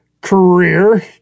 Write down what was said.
career